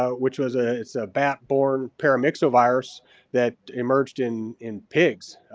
ah which was a it's a bat born paramyxovirus that emerged in in pigs.